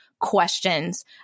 questions